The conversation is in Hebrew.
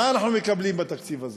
מה אנחנו מקבלים בתקציב הזה?